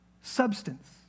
substance